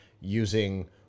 using